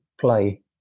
play